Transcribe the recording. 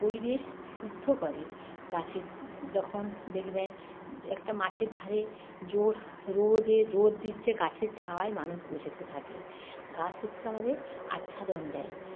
পরিবেশ শুদ্ধ করে গাছের যখন দেখবেন একটা মাঠের ধারে জোর রোদে রোদ দিচ্ছে গাছের ছায়ায় মানুষ বসে থাকে গাছ হচ্ছে আমাদের আচ্ছাদন দেয়